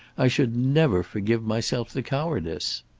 i should never forgive myself the cowardice.